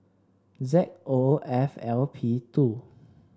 Z O F L P two